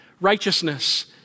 righteousness